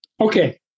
Okay